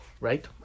Right